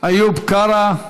איוב קרא,